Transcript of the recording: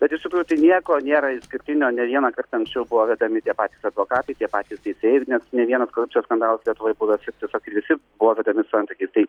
bet ištikrųjų tai nieko nėra išskirtinio ne vieną kartą anksčiau buvo vedami tie patys advokatai tie patys teisėjai ir net ne vienas korupcijos skandalas lietuvoj buvęs šiaip tiesiog visi buvo vedami su antrankiais tai